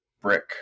brick